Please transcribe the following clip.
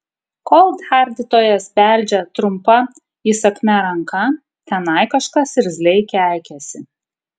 kol tardytojas beldžia trumpa įsakmia ranka tenai kažkas irzliai keikiasi